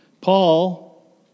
Paul